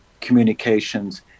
communications